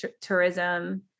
tourism